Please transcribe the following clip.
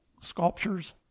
sculptures